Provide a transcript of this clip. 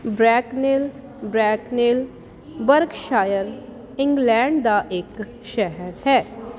Bracknell Bracknell Berkshire England ਦਾ ਇੱਕ ਸ਼ਹਿਰ ਹੈ